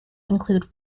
include